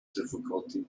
difficulty